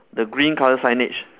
the green colour signage